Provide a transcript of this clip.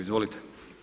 Izvolite.